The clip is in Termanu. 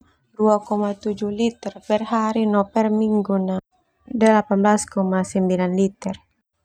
Dua koma tujuh liter perhari no perminggu na delapan belas koma sembilan liter.